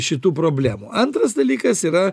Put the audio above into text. šitų problemų antras dalykas yra